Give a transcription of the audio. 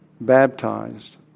baptized